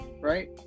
Right